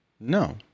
No